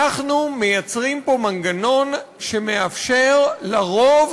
אנחנו מייצרים פה מנגנון שמאפשר לרוב